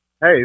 Hey